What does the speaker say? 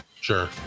Sure